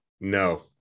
no